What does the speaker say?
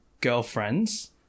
girlfriends